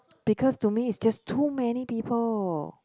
because to me is just too many people